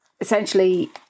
essentially